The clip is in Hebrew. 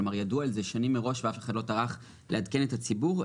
כלומר ידעו על זה שנים מראש ואף אחד לא טרח לעדכן את הציבור,